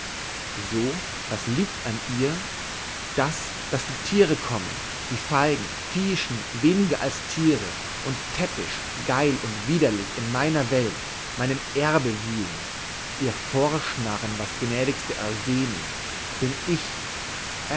so was liegt an ihr das daß die tiere kommen die feigen viehischen weniger als tiere und täppisch geil und widerlich in meiner welt meinem erbe wühlen ihr vorschnarren was gnädigste ersehnen bin ich